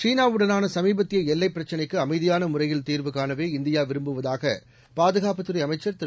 சீனாவுடனான சமீபத்திய எல்லைப் பிரச்சினைக்கு அமைதியான முறையில் தீர்வு காணவே இந்தியா விரும்புவதாக பாதுகாப்புத்துறை அமைச்சர் திரு